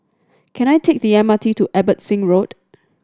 can I take the M R T to Abbotsingh Road